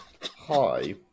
Hi